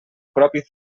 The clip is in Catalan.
propi